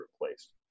replaced